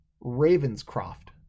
Ravenscroft